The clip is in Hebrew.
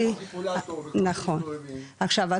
עכשיו,